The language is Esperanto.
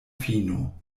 fino